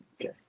Okay